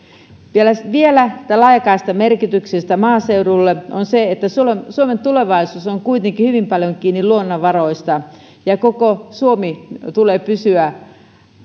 vielä vielä tästä laajakaistan merkityksestä maaseudulle suomen tulevaisuus on kuitenkin hyvin paljon kiinni luonnonvaroista koko suomen tulee pysyä